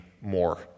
more